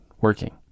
working